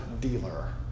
dealer